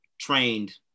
trained